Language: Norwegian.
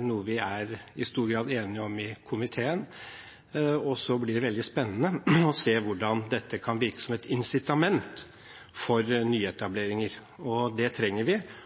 noe vi i stor grad er enige om i komiteen, og det blir veldig spennende å se hvordan dette kan virke som et incitament for nyetableringer. Det trenger vi,